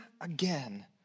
again